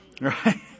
Right